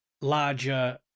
larger